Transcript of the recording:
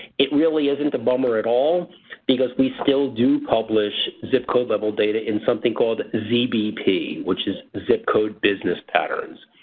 it really isn't a bummer at all because we still do publish zip code level data in something called zbp which is zip code business patterns.